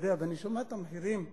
ואני שומע את המחירים ביישובים,